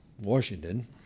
Washington